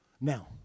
now